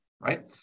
right